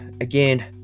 again